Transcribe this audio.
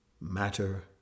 matter